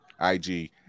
IG